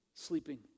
Sleeping